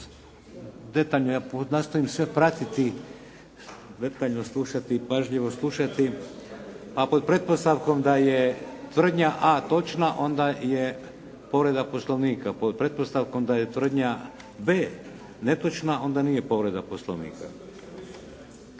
detaljno nastojim sve pratiti, detaljno slušati, pažljivo slušati, a pod pretpostavkom da je tvrdnja a točna, onda je povreda Poslovnika. Pod pretpostavkom da je tvrdnja b netočna, onda nije povreda Poslovnika.